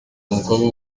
umukobwa